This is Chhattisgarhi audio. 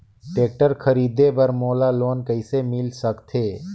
टेक्टर खरीदे बर मोला लोन कइसे मिल सकथे?